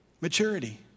maturity